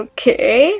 Okay